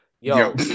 Yo